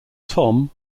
tom